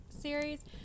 series